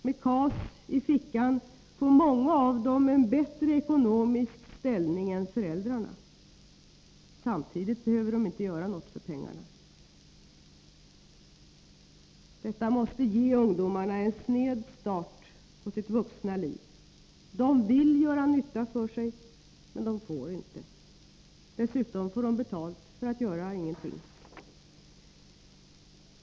Med KAS i fickan får många av dem en bättre ekonomisk ställning än föräldrarna. Samtidigt behöver de inte göra något för att få pengarna. Detta måste ge ungdomarna en sned start på deras vuxna liv. De vill göra nytta för sig, men de får inte. Dessutom får de betalt för att göra ingenting.